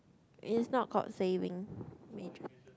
it is not called saving major